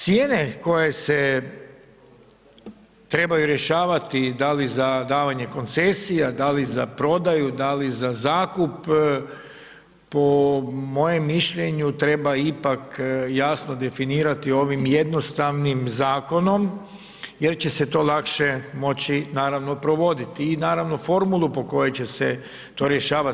Cijene koje se trebaju rješavati, da li za davanje koncesija, da li za prodaju, da li za zakup po mojem mišljenju treba ipak jasno definirati ovim jednostavnim zakonom jer će se to lakše moći naravno provoditi i naravno formulu po kojoj će se to rješavati.